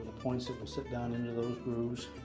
points that will sit down into those grooves.